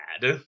bad